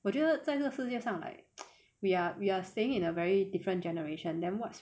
我觉得在这个世界上 like we are we are staying in a very different generation then what's